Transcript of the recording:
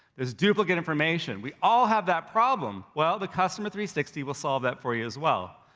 it's duplicate information, we all have that problem. well the customer three sixty will solve that for you as well,